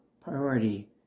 priority